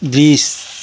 दृश्य